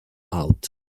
out